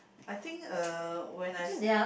I think uh when I s~